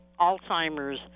alzheimer's